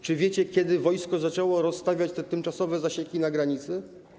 Czy wiecie, kiedy wojsko zaczęło rozstawiać tymczasowe zasieki na granicy?